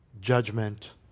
judgment